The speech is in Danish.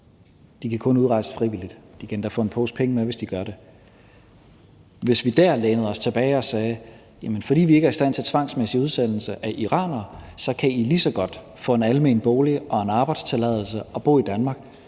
De kan kun udrejse frivilligt; de kan endda få en pose penge med, hvis de gør det. Hvis vi der læner os tilbage og siger, at fordi vi ikke er i stand til tvangsmæssig udsendelse af iranere, kan de lige så godt få en almen bolig og en arbejdstilladelse og bo i Danmark,